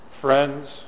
Friends